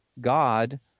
God